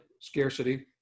scarcity